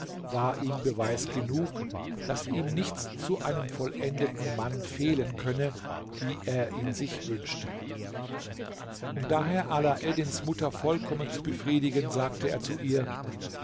war ihm beweis genug daß ihm nichts zu einem vollendeten mann fehlen könne wie er ihn sich wünschte um daher alaeddins mutter vollkommen zu befriedigen sagte er zu ihr